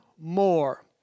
more